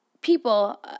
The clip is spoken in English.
People